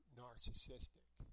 narcissistic